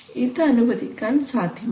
ഇത് അനുവദിക്കാൻ സാധ്യമല്ല